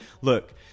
look